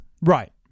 Right